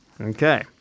Okay